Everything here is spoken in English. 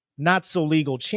not-so-legal